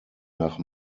nach